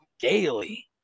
daily